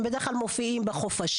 הם בדרך כלל מופיעים בחופשים.